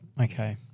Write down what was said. Okay